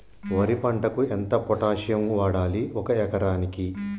వరి పంటకు ఎంత పొటాషియం వాడాలి ఒక ఎకరానికి?